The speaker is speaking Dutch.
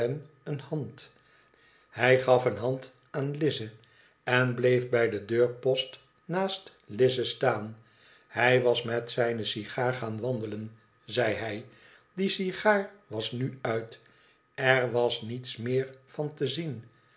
eene hand hij gaf eene hand aan lize en bleef bij den deurpost naast lize staan hij was met zijne sigaar gaan wandelen zei hij die sigaar was nu uit er was niets meer van te zien